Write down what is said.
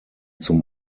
zum